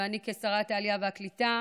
ואני כשרת העלייה והקליטה